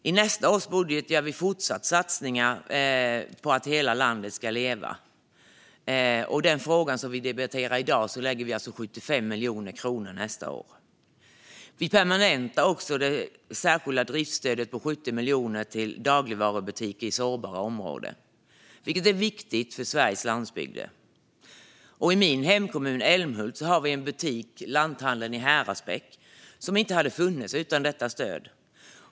I nästa års budget gör vi fortsatta satsningar på att hela landet ska leva. När det gäller den fråga vi debatterar i dag lägger vi alltså 75 miljoner kronor nästa år. Vi permanentar också det särskilda driftstödet på 70 miljoner till dagligvarubutiker i sårbara områden, vilket är viktigt för Sveriges landsbygder. I min hemkommun Älmhult har vi en butik, lanthandeln i Häradsbäck, som inte hade funnits utan detta stöd.